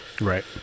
Right